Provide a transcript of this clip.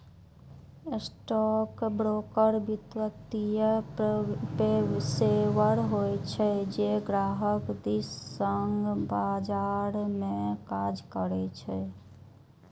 stockbroker वित्तीय पेशेवर होइ छै, जे ग्राहक दिस सं बाजार मे काज करै छै